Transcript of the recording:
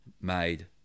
made